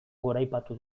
goraipatu